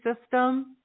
system